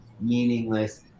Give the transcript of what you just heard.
meaningless